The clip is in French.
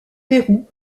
pérou